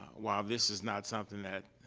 while this is not something that,